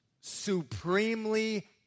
supremely